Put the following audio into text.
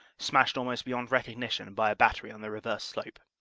smashed almost beyond recognition by a battery on the reverse slope.